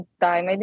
time